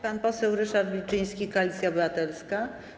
Pan poseł Ryszard Wilczyński, Koalicja Obywatelska.